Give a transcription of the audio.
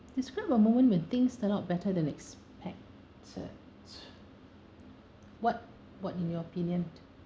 describe a moment when things turn out better than expected what what in your opinion